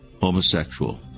homosexual